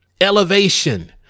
elevation